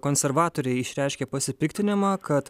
konservatoriai išreiškė pasipiktinimą kad